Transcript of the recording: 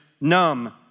numb